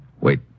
Wait